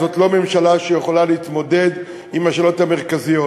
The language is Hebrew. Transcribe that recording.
זאת לא ממשלה שיכולה להתמודד עם השאלות המרכזיות.